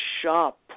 shop